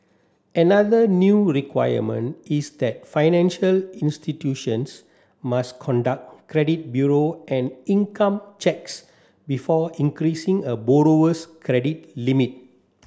another new requirement is that financial institutions must conduct credit bureau and income checks before increasing a borrower's credit limit